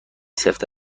سفت